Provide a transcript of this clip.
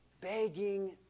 Begging